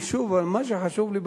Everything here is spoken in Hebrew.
מה שחשוב לי,